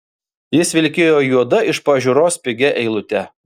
jis vilkėjo juoda iš pažiūros pigia eilute